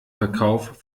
verkauf